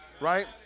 Right